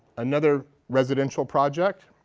another residential project.